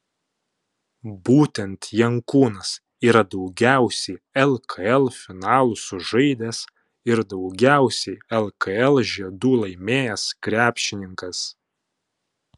būtent jankūnas yra daugiausiai lkl finalų sužaidęs ir daugiausiai lkl žiedų laimėjęs krepšininkas